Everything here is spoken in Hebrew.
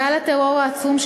גל הטרור העצום,